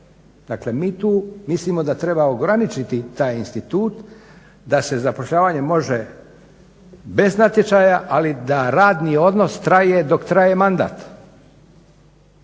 Dakle, mi tu mislimo da treba ograničiti taj institut da se zapošljavanje može bez natječaja, ali da radni odnos traje dok traje mandat,